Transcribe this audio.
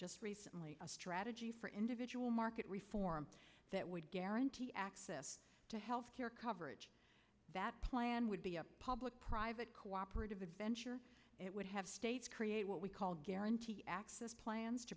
just recently a strategy for individual market reform that would guarantee access to health care coverage that plan would be a public private cooperative venture it would have states create what we call guarantee access plans to